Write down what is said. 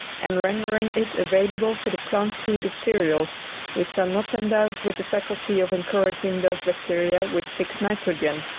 and rendering it available for the plant-food of cereals which are not endowed with the faculty of encouraging those bacteria which fix nitrogen.